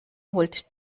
holt